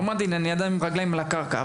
האחריות היא על משרד החינוך,